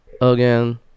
again